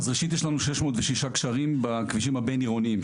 ראשית, יש לנו 606 גשרים בכבישים הבין-עירוניים.